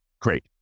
great